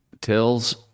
tells